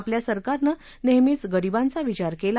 आपल्या सरकारनं नेहमीच गरीबांचा विचार केला